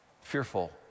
fearful